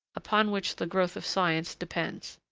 upon which the growth of science depends.